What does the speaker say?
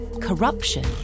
corruption